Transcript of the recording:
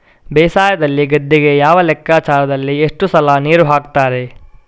ಬೇಸಾಯದಲ್ಲಿ ಗದ್ದೆಗೆ ಯಾವ ಲೆಕ್ಕಾಚಾರದಲ್ಲಿ ಎಷ್ಟು ಸಲ ನೀರು ಹಾಕ್ತರೆ?